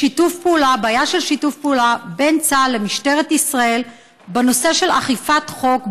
בעיה של שיתוף פעולה בין צה"ל למשטרת ישראל בנושא של אכיפת חוק,